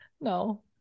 no